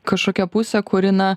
kašokia pusė kuri na